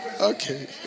Okay